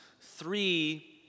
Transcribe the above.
three